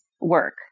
work